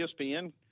ESPN